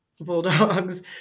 bulldogs